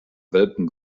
welpen